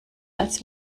als